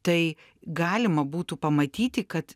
tai galima būtų pamatyti kad